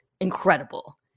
incredible